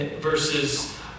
versus